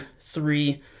three